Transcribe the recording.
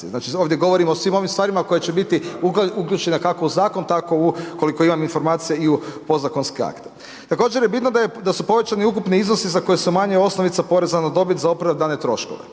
ovdje govorim o svim ovim stvarima koje će biti uključene kako u zakon, tako u koliko imam informacija i u podzakonske akte. Također je bitno da su povećani ukupni iznosi za koje se umanjuje osnovica poreza na dobit za opravdane troškove,